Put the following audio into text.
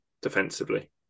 defensively